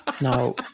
Now